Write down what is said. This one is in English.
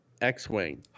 X-Wing